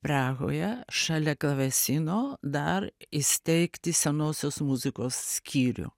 prahoje šalia klavesino dar įsteigti senosios muzikos skyrių